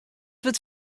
wurdt